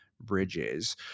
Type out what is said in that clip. Bridges